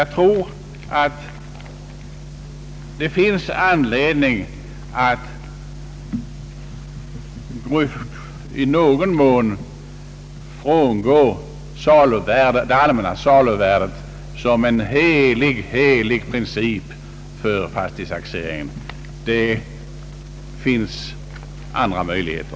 Jag anser att det finns anledning att frångå det allmänna saluvärdet som en helig, uteslutande princip för fastighetstaxeringen. Det finns andra möjligheter.